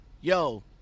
yo